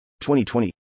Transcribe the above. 2020